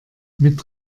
mit